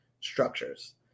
structures